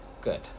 Good